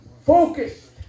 Focused